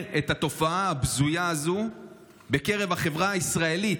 את התופעה הבזויה הזו בקרב החברה הישראלית,